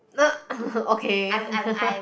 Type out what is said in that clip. okay